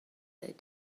that